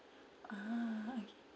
ah okay